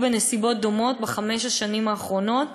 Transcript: בנסיבות דומות בחמש השנים האחרונות,